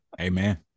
Amen